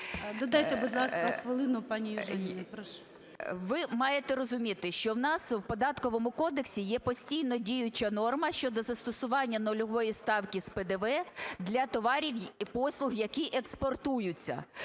Додайте, будь ласка, хвилину пані Южаніній. Прошу. ЮЖАНІНА Н.П. Ви маєте розуміти, що у нас в Податковому кодексі є постійно діюча норма щодо застосування нульової ставки з ПДВ для товарів і послуг, які експортуються.